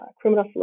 criminal